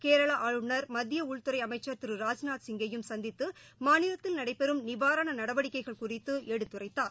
கேரள ஆளுநர் மத்திய உள்துறை அமைச்சர் திரு ராஜ்நாத் சிங்கையும் சந்தித்து மாநிலத்தில் நடைபெறும் நிவாரண நடவடிக்கைகள் குறித்து எடுத்துரைத்தார்